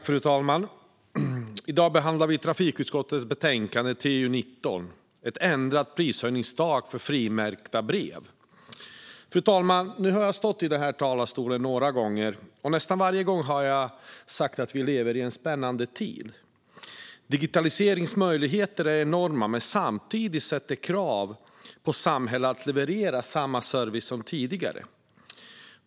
Fru talman! I dag behandlar vi trafikutskottets betänkande TU19 Ett ändrat prishöjningstak för frimärkta brev . Fru talman! Nu har jag stått i den här talarstolen några gånger, och nästan varje gång har jag sagt att vi lever i en spännande tid. Digitaliseringens möjligheter är enorma, men detta ställer samtidigt krav på samhället att leverera samma service som tidigare.